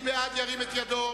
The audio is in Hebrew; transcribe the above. מי בעד, ירים את ידו.